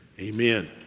Amen